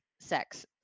sex